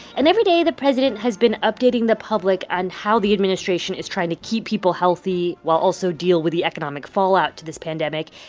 and every day, the president has been updating the public on how the administration is trying to keep people healthy while also deal with the economic fallout to this pandemic.